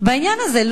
בעניין הזה?